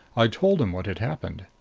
i told him what had happened.